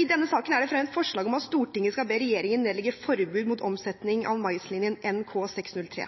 I denne saken er det fremmet forslag om at Stortinget skal be regjeringen nedlegge forbud mot omsetning av maislinjen NK603.